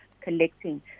collecting